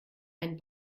ein